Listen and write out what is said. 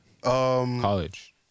college